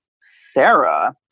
Sarah